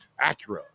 Acura